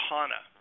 Hana